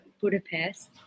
Budapest